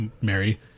Mary